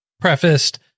prefaced